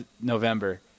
November